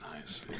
Nice